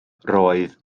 roedd